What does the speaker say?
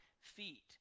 feet